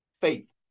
Faith